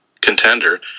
contender